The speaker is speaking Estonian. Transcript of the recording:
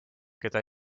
keda